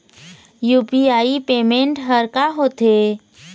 UPI payment हर का होते?